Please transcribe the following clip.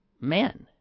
men